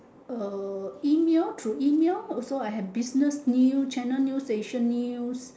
uh email through email also I have business new channel news asia news